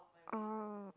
oh